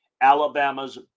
Alabama's